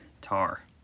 Tar